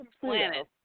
planet